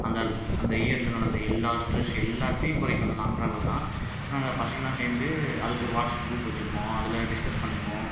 அந்த அந்த இயரில் நடந்த எல்லா ஸ்ட்ரெஸ்ஸு எல்லாத்தையும் குறைக்கும் அந்த லாங் ட்ராவல் தான் நாங்கள் பசங்களாக சேர்ந்து அதுக்கு ஒரு வாட்ஸ்அப் க்ரூப் வைச்சுருக்கோம் அதில் டிஸ்க்கஸ் பண்ணிக்குவோம்